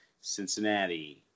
Cincinnati